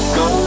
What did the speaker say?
go